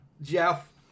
Jeff